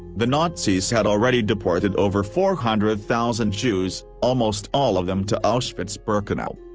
the nazis had already deported over four hundred thousand jews, almost all of them to auschwitz-birkenau.